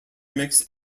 mix